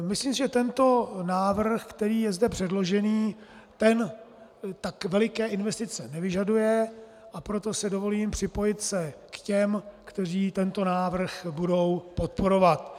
Myslím si, že tento návrh, který je zde předložen, tak veliké investice nevyžaduje, a proto si dovolím připojit se k těm, kteří tento návrh budou podporovat.